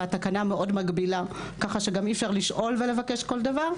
והתקנה מאוד מגבילה ככה שגם אי אפשר לשאול ולבקש כול דבר,